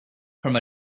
from